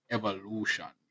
evolution